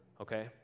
okay